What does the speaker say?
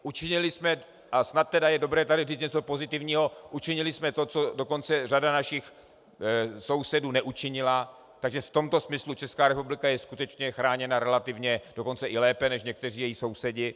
Učinili jsme, a snad je dobré říct tady něco pozitivního, učinili jsme to, co dokonce řada našich sousedů neučinila, takže v tomto smyslu Česká republika je skutečně chráněna relativně dokonce i lépe než někteří její sousedi.